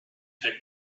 take